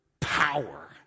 power